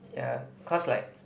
ya cause like